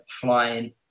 flying